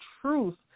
truth